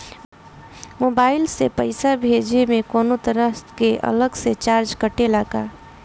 Mobile से पैसा भेजे मे कौनों तरह के अलग से चार्ज कटेला का?